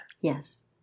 Yes